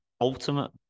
ultimate